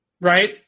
right